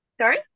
Sorry